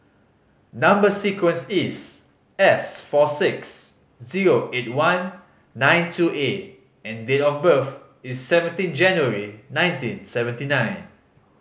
number sequence is S four six zero eight one nine two A and date of birth is seventeen January nineteen seventy nine